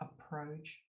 approach